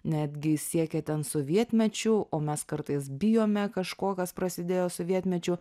netgi siekia ten sovietmečiu o mes kartais bijome kažko kas prasidėjo sovietmečiu